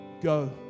Go